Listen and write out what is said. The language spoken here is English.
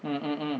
mm mm mm